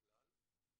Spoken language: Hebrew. כלל,